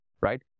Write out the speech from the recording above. right